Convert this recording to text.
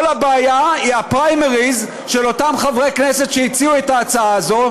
כל הבעיה היא הפריימריז של אותם חברי כנסת שהציעו את ההצעה הזו,